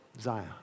Zion